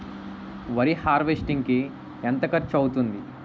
వరి హార్వెస్టింగ్ కి ఎంత ఖర్చు అవుతుంది?